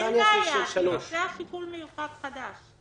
אין בעיה, --- שיקול מיוחד חדש.